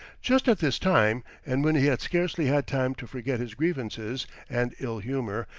just at this time, and when he had scarcely had time to forget his grievances and ill-humour,